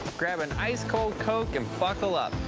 grab an ice-cold coke and buckle up.